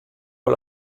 con